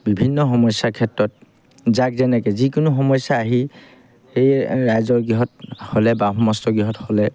বিভিন্ন সমস্যাৰ ক্ষেত্ৰত যাক যেনেকৈ যিকোনো সমস্যা আহি সেই ৰাইজৰ গৃহত হ'লে বা সমষ্ট গৃহত হ'লে